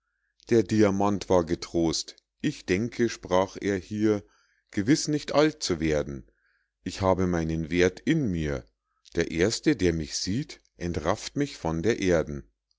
der demant war getrost ich denke sprach er hier gewiß nicht allzu alt zu werden ich habe meinen werth in mir der erste der mich sieht entrafft mich von der erden